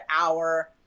hour